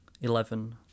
Eleven